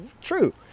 true